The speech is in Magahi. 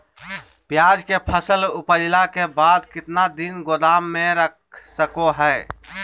प्याज के फसल उपजला के बाद कितना दिन गोदाम में रख सको हय?